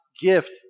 gift